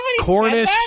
Cornish